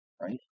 Right